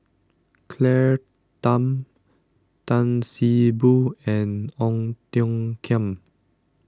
Claire Tham Tan See Boo and Ong Tiong Khiam